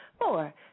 four